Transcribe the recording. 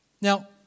Now